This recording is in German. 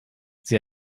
sie